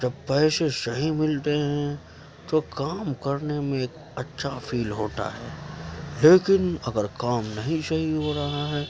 جب پیسے صحیح ملتے ہیں تو کام کرنے میں اچھا فیل ہوتا ہے لیکن اگر کام نہیں صحیح ہو رہا ہے